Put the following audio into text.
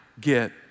Get